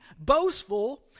boastful